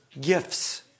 gifts